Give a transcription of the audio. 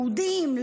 יהודים,